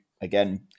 again